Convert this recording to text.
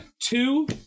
two